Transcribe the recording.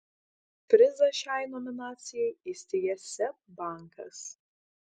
prizą šiai nominacijai įsteigė seb bankas